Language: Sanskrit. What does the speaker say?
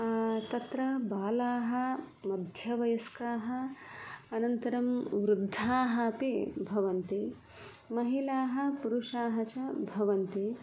तत्र बालाः मध्यवयस्काः अनन्तरं वृद्धाः अपि भवन्ति महिलाः पुरुषाः च भवन्ति